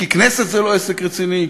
כי כנסת זה לא עסק רציני,